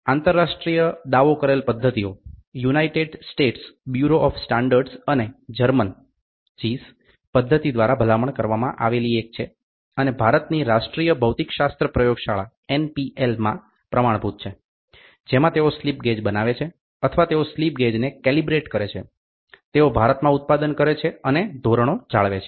આંતરરાષ્ટ્રીય દાવો કરેલ પદ્ધતિઓ United States bureau of standards અને જર્મન ઝીસ પદ્ધતિ દ્વારા ભલામણ કરવામાં આવેલી એક છે અને ભારતની રાષ્ટ્રીય ભૌતિકશાસ્ત્ર પ્રયોગશાળા એનપીએલમાં પ્રમાણભૂત છે જેમાં તેઓ સ્લિપ ગેજ બનાવે છે અથવા તેઓ સ્લિપ ગેજને કેલિબ્રેટ કરે છે તેઓ ભારતમાં ઉત્પાદન કરે છે અને ધોરણો જાળવે છે